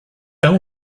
ill